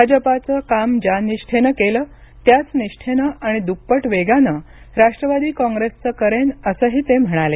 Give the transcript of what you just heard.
भाजपाचं काम ज्या निष्ठेनं केलं त्याच निष्ठेनं आणि दुप्पट वेगानं राष्ट्रवादी काँग्रेसचं करेन असंही ते म्हणाले